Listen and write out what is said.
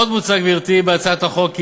עוד מוצע בהצעת החוק,